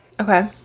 Okay